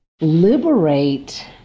Liberate